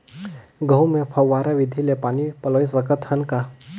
गहूं मे फव्वारा विधि ले पानी पलोय सकत हन का?